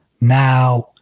Now